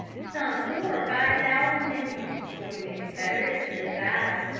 some four or five thousand indians joined the confederates in this battle,